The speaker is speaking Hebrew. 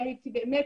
אלא כי היא באמת